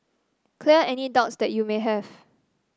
clear any doubts that you may have